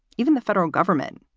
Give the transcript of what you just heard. even the federal government,